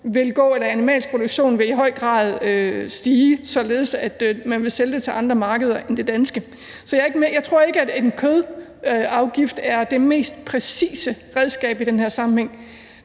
vil gå ned, og at animalsk produktion i høj grad vil stige, således at man vil sælge det til andre markeder end det danske. Så jeg tror ikke, at en kødafgift er det mest præcise redskab i den her sammenhæng.